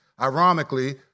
Ironically